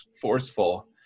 forceful